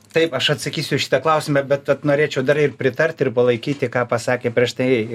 taip aš atsakysiu į šitą klausimą bet norėčiau dar ir pritarti ir palaikyti ką pasakė prieš tai